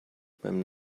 beim